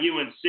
UNC